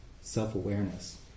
self-awareness